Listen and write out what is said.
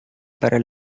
para